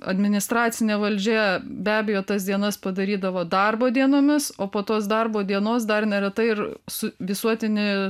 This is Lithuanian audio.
administracinė valdžia be abejo tas dienas padarydavo darbo dienomis o po tos darbo dienos dar neretai ir su visuotinį